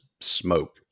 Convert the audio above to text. smoke